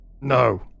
No